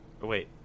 wait